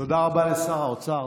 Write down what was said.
תודה רבה לשר האוצר.